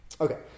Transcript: Okay